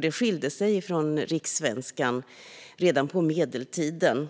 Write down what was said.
Det skilde sig från rikssvenskan redan på medeltiden,